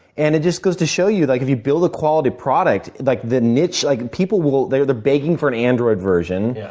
and it just goes to show you like if you build a quality product, like the niche like people will they're begging for an android version.